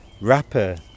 rapper